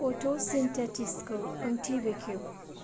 फट' सिनथेसिसखौ ओंथि बेखेव